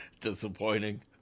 Disappointing